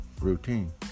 routine